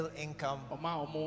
income